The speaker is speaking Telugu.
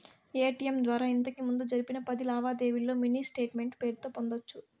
ఎటిఎం ద్వారా ఇంతకిముందు జరిపిన పది లావాదేవీల్లో మినీ స్టేట్మెంటు పేరుతో పొందొచ్చు